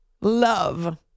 love